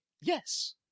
Yes